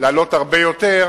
לעלות הרבה יותר